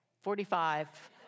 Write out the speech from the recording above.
Forty-five